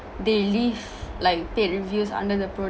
they leave like paid reviews under the